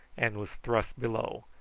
and was thrust below,